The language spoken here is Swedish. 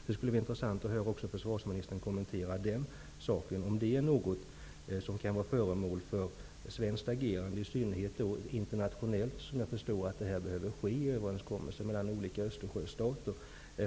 Det skulle vara intressant att höra försvarsministern kommentera om det skulle kunna vara föremål för svenskt agerande, i synnerhet internationellt eftersom jag förstår att detta måste ske i överenskommelser mellan olika Östersjöstater.